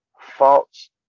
False